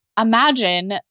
imagine